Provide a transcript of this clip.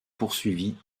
poursuivi